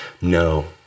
No